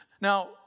Now